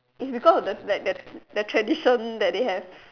is because of the like like like tradition that they have